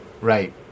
Right